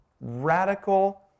Radical